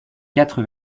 quatre